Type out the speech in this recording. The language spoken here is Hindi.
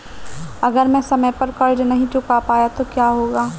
अगर मैं समय पर कर्ज़ नहीं चुका पाया तो क्या होगा?